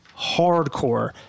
hardcore